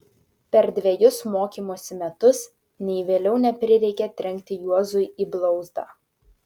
per dvejus mokymosi metus nei vėliau neprireikė trenkti juozui į blauzdą